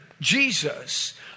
Jesus